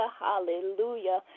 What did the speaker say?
hallelujah